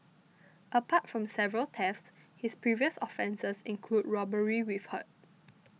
apart from several thefts his previous offences include robbery with hurt